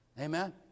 amen